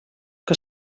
que